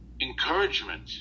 encouragement